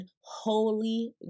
holy